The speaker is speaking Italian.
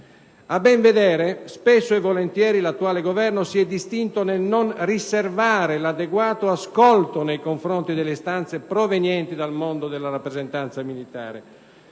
A ben vedere, spesso e volentieri l'attuale Governo si è distinto nel non riservare l'adeguato ascolto nei confronti delle istanze provenienti dal mondo della rappresentanza militare.